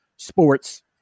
sports